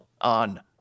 on